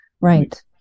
Right